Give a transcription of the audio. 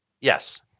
Yes